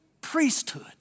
priesthood